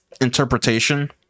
interpretation